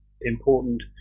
important